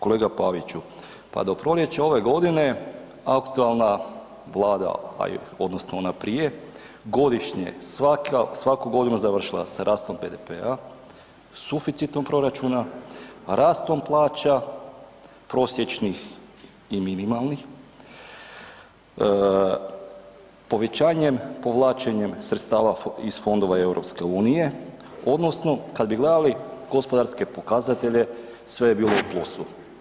Kolega Paviću, pa do proljeća ove godine aktualna vlada, a i odnosno ona prije godišnje, svaku godinu je završila sa rastom BDP-a, suficitom proračuna, rastom plaća prosječnih i minimalnih, povećanjem povlačenjem sredstava iz fondova EU odnosno kad bi gledali gospodarske pokazatelje sve je bilo u plusu.